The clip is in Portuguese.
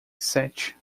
sete